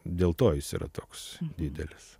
dėl to jis yra toks didelis